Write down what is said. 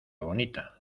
bonita